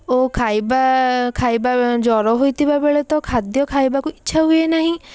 ଓ ଖାଇବା ଖାଇବା ଜ୍ଵର ହୋଇଥିବାବେଳେ ତ ଖାଦ୍ୟ ଖାଇବାକୁ ଇଚ୍ଛା ହୁଏ ନାହିଁ